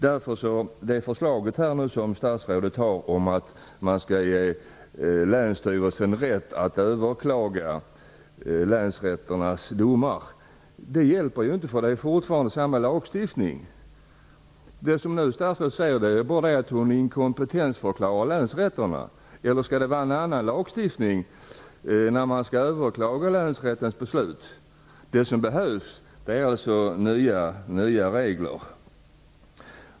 Det förslag som statsrådet har om att man skall ge länsstyrelsen rätt att överklaga länsrätternas domar hjälper inte. Det är ju fortfarande samma lagstiftning. Nu bara inkompetensförklarar statsrådet länsrätterna. Skall det vara en annan lagstiftning när man skall överklaga länsrättens beslut? Det som behövs är nya regler.